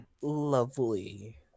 Lovely